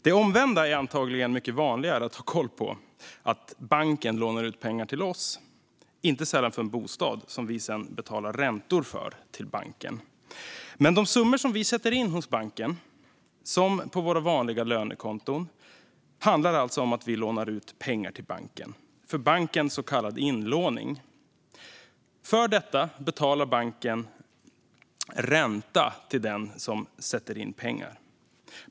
Det är antagligen vanligare att ha koll på det omvända - att banken lånar ut pengar till oss, inte sällan för en bostad, som vi sedan betalar räntor för till banken. Men när vi sätter in summor på banken, till exempel på våra vanliga lönekonton, handlar det alltså om att vi lånar ut pengar till banken - för banken så kallad inlåning. För detta betalar banken ränta till den som sätter in pengar.